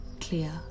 clear